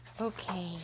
Okay